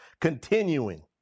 continuing